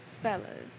Fellas